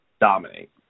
Dominate